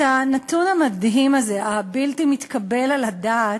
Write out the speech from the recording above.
את הנתון המדהים הזה, הבלתי-מתקבל על הדעת,